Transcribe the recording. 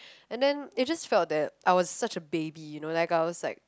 and then it just felt that I was such a baby you know like I was like